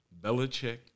Belichick